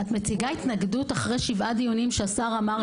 את מציגה התנגדות אחרי שבעה דיונים שהשר אמר שהוא בעד?